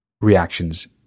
reactions